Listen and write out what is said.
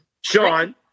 Sean